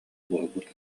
буолбут